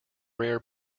rare